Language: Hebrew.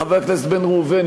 חבר הכנסת בן ראובן,